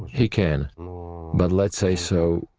he can. but, let's say so,